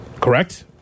Correct